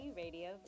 radio